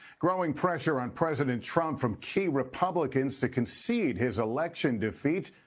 growing pressure on president trump from key republicans to concede his election defeat.